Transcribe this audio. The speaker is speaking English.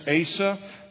Asa